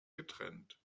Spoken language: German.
getrennt